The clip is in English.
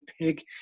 pig